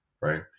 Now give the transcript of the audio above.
right